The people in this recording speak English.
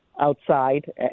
outside